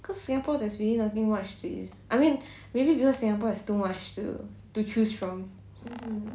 because singapore there's really nothing much to eat I mean maybe because singapore has too much to to choose from